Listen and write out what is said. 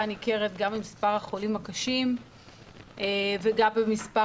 ניכרת גם במס' החולים הקשים וגם במס'